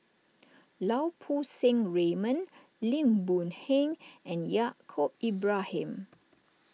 Lau Poo Seng Raymond Lim Boon Heng and Yaacob Ibrahim